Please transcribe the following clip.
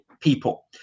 people